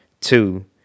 Two